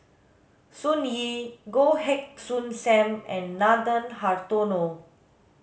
Sun Yee Goh Heng Soon Sam and Nathan Hartono